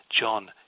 John